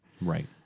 Right